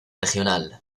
regional